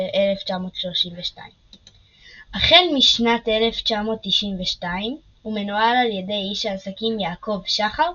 1931/1932. החל משנת 1992 הוא מנוהל על ידי איש העסקים יעקב שחר,